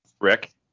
Rick